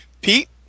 Pete